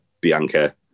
Bianca